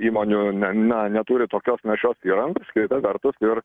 įmonių ne na neturi tokios našios įrangos kita vertus ir